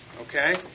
Okay